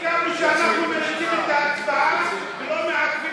סיכמנו שאנחנו מריצים את ההצבעה ולא מעכבים